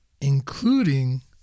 Including